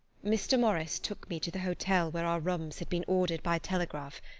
mr. morris took me to the hotel where our rooms had been ordered by telegraph,